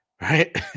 Right